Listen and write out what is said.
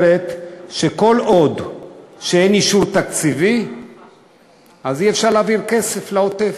אומרת שכל עוד אין אישור תקציבי אי-אפשר להעביר כסף לעוטף,